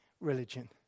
religion